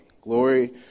glory